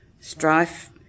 strife